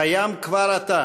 קיים כבר עתה